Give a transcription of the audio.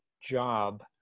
job